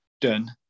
Done